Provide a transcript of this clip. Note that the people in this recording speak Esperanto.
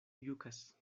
jukas